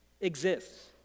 exists